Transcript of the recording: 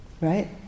right